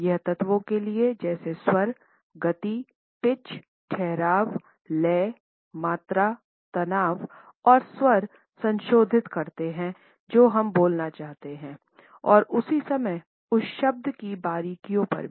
यह तत्वों के लिए है जैसे स्वर गति पिच ठहराव लय मात्रा तनाव और स्वर संशोधित करते हैं जो हम बोलना चाहते हैं और उसी समय उस शब्द की बारीकियों पर भी